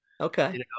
okay